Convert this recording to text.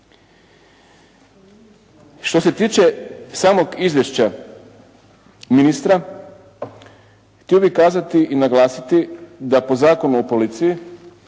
Što se tiče samog izvješća ministra htio bih kazati i naglasiti da po Zakonu o policiji